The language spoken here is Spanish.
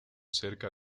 cerca